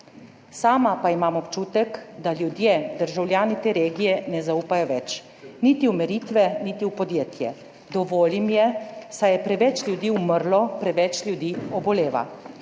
Sama pa imam občutek, da ljudje, državljani te regije ne zaupajo več niti v meritve niti v podjetje. Dovolj jim je, saj je preveč ljudi umrlo, preveč ljudi oboleva.